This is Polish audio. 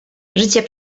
zycie